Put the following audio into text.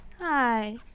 Hi